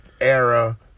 Era